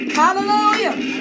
hallelujah